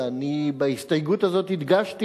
ואני בהסתייגות הזאת הדגשתי